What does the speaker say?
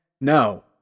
No